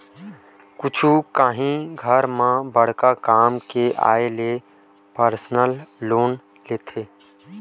कुछु काही घर म बड़का काम के आय ले परसनल लोन लेथे